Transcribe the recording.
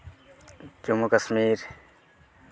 Jammu Kashmir